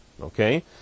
Okay